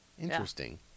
Interesting